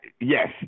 yes